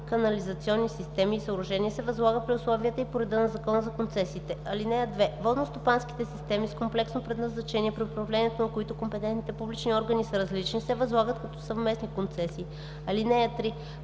канализационни системи и съоръжения, се възлага при условията и по реда на Закона за концесиите. (2) Водностопанските системи с комплексно предназначение, при управлението на които компетентните публични органи са различни, се възлагат като съвместни концесии. (3)